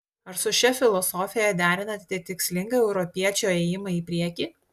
ar su šia filosofija derinate tikslingą europiečio ėjimą į priekį